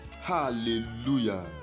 hallelujah